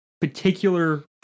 particular